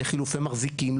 לחילופי מחזיקים,